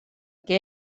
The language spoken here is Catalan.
que